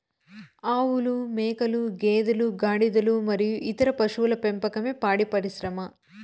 ఆవులు, మేకలు, గేదెలు, గాడిదలు మరియు ఇతర పశువుల పెంపకమే పాడి పరిశ్రమ